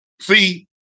See